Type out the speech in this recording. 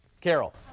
Carol